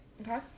Okay